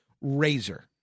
razor